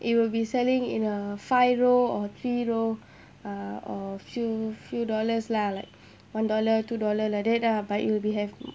it will be selling in a five row or three row uh or few few dollars lah like one dollar two dollar like that ah but it'll be have